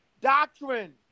doctrine